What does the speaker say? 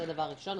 זה דבר ראשון.